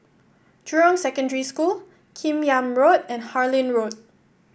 Jurong Secondary School Kim Yam Road and Harlyn Road